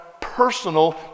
personal